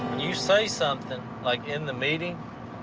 you say something, like in the meeting,